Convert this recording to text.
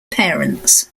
parents